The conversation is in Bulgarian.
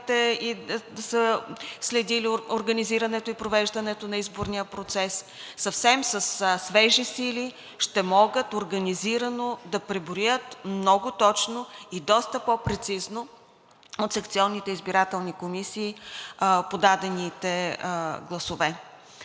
и са следили организирането и провеждането на изборния процес, съвсем със свежи сили ще могат организирано да преброят много точно и доста по-прецизно от секционните избирателни комисии подадените гласове.